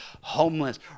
homeless